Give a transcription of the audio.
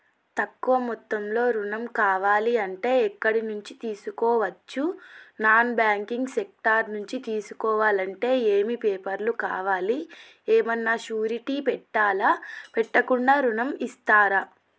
తక్కువ మొత్తంలో ఋణం కావాలి అంటే ఎక్కడి నుంచి తీసుకోవచ్చు? నాన్ బ్యాంకింగ్ సెక్టార్ నుంచి తీసుకోవాలంటే ఏమి పేపర్ లు కావాలి? ఏమన్నా షూరిటీ పెట్టాలా? పెట్టకుండా ఋణం ఇస్తరా?